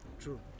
True